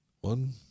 One